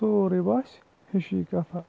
سورُے باسہِ ہِشی کَتھاہ